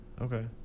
Okay